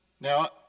Now